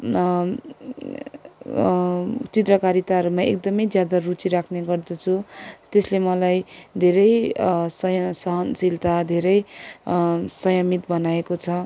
चित्रकारिताहरूमा एकदमै ज्यादा रुचि राख्ने गर्दछु त्यसले मलाई धेरै सहनशीलता धेरै संयमित बनाएको छ